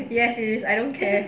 yes it is I don't care